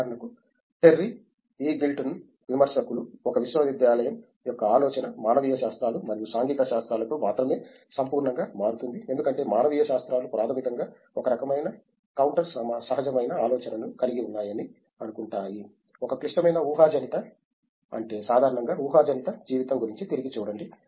ఉదాహరణకు Terry Eagleton విమర్శకులు ఒక విశ్వవిద్యాలయం యొక్క ఆలోచన మానవీయ శాస్త్రాలు మరియు సాంఘిక శాస్త్రాలతో మాత్రమే సంపూర్ణంగా మారుతుంది ఎందుకంటే మానవీయ శాస్త్రాలు ప్రాథమికంగా ఒక రకమైన కౌంటర్ సహజమైన ఆలోచనను కలిగి ఉన్నాయని అనుకుంటాయి ఒక క్లిష్టమైన ఊహాజనిత అంటే సాధారణంగా ఊహాజనిత జీవితం గురించి తిరిగి చూడండి